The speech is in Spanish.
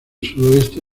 sudoeste